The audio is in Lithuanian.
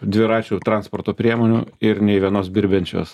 dviračių transporto priemonių ir nei vienos birbiančios